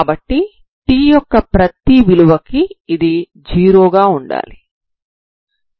కాబట్టి t యొక్క ప్రతి విలువ కి ఇది 0 గా ఉండాలి సరేనా